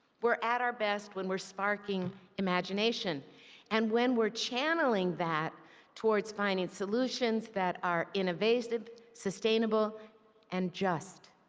we are at our best when we are sparking imagination and when we are channeling that toward finding solutions that are innovative, sustainable and just.